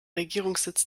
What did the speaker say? regierungssitz